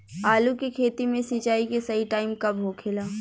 आलू के खेती मे सिंचाई के सही टाइम कब होखे ला?